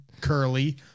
Curly